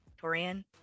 Torian